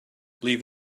leave